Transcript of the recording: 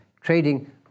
Trading